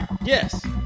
Yes